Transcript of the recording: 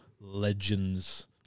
legends